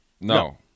No